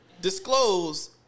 disclose